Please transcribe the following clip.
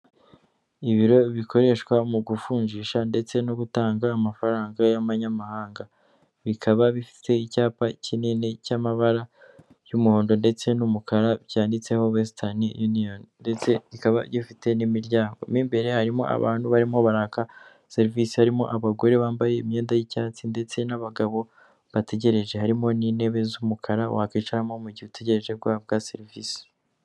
Ibiro bikoreshwa mu kuvunjisha ndetse no gutanga amafaranga y'amanyamahanga, bikaba bifite icyapa kinini cy'amabara y'umuhondo ndetse n'umukara byanditseho wesitani yuniyoni ndetse kikaba gifite n'umuryango, imbere harimo abantu barimo baraka serivisi, harimo abagore bambaye imyenda y'icyatsi ndetse n'abagabo bategereje, harimo n'intebe z'umukara wakwicaramo mu gihe utegereje guhabwa serivisi.